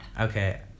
Okay